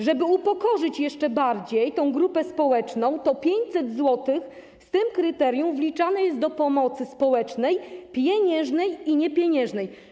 Żeby upokorzyć jeszcze bardziej tę grupę społeczną, to 500 zł według tego kryterium wliczane jest do pomocy społecznej, pieniężnej i niepieniężnej.